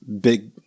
big